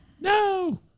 no